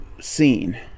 scene